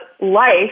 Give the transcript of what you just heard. life